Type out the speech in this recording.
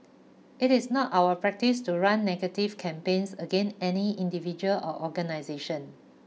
it is not our practice to run negative campaigns again any individual or organisation